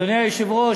אדוני היושב-ראש,